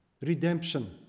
redemption